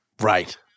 Right